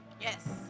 Yes